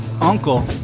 uncle